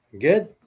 good